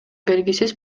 белгисиз